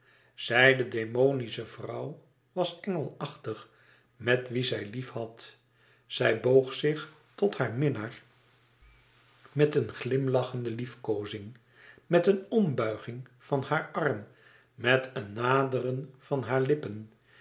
zij de demonische vrouw was engelachtig met wie zij lief had zij boog zich tot haar minnaar met een glimlachende lief koozing met een ombuiging van haren arm met een naderen van hare lippen